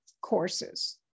courses